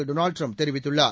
Donald Trump தெரிவித்துள்ளார்